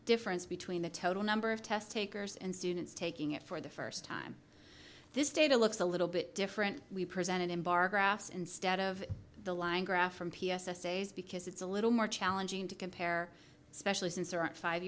difference between the total number of test takers and students taking it for the first time this data looks a little bit different we presented in bar graphs instead of the line graph from p s s a's because it's a little more challenging to compare especially since there aren't five